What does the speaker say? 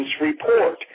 report